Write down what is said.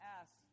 ask